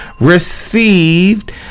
received